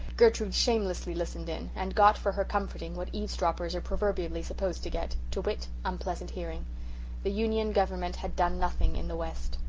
gertrude shamelessly listened in and got for her comforting what eavesdroppers are proverbially supposed to get to wit, unpleasant hearing the union government had done nothing in the west.